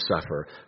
suffer